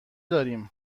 داریم